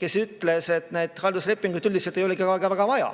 kes ütles, et halduslepinguid üldiselt ei olegi väga vaja,